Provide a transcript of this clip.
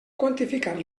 quantificar